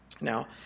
Now